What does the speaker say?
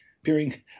appearing